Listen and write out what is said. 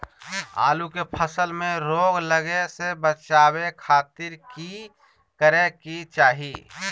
आलू के फसल में रोग लगे से बचावे खातिर की करे के चाही?